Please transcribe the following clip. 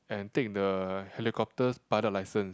and take the helicopter's pilot license